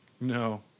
No